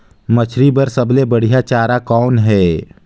मछरी बर सबले बढ़िया चारा कौन हे?